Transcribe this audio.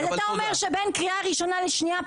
אתה אומר שבין קריאה ראשונה לשנייה,